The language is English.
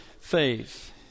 faith